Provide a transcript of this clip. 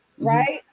Right